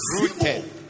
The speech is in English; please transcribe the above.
rooted